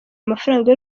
amafaranga